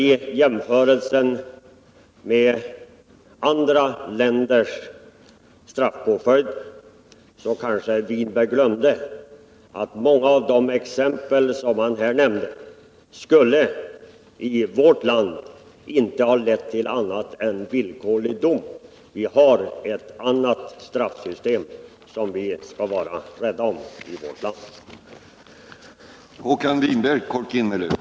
I jämförelsen med andra länders straffpåföljder kanske Håkan Winberg förbisåg att många av de exempel som han här nämnde i vårt land inte skulle ha lett till annat än villkorlig dom. Vi har ett annat straffsystem i vårt land, och det skall vi vara rädda om.